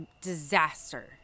disaster